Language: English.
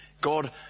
God